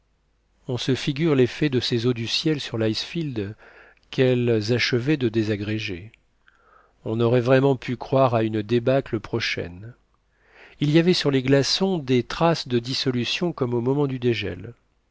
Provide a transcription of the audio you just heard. on se figure l'effet de ces eaux du ciel sur l'icefield qu'elles achevaient de désagréger on aurait vraiment pu croire à une débâcle prochaine il y avait sur les glaçons des traces de dissolution comme au moment du dégel